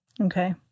Okay